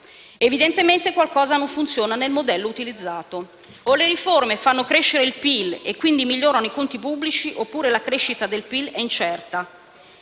Evidentemente qualcosa non funziona nel modello utilizzato: o le riforme fanno crescere il PIL e quindi migliorano i conti pubblici, oppure la crescita del PIL è incerta.